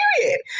period